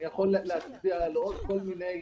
אני יכול להצביע על עוד כל מיני